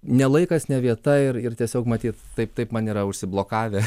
ne laikas ne vieta ir ir tiesiog matyt taip taip man yra užsiblokavę